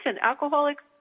alcoholics